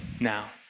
now